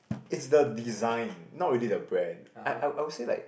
it's the design not really the brand I I I would say like